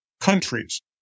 countries